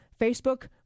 Facebook